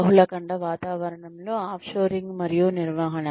బహుళ ఖండ వాతావరణంలో ఆఫ్ షోరింగ్ మరియు నిర్వహణ